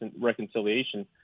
reconciliation